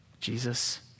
Jesus